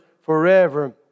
forever